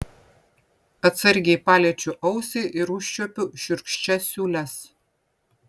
atsargiai paliečiu ausį ir užčiuopiu šiurkščias siūles